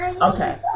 Okay